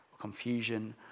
confusion